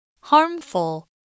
Harmful